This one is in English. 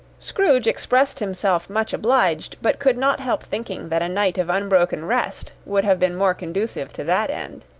scrooge expressed himself much obliged, but could not help thinking that a night of unbroken rest would have been more conducive to that end.